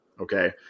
okay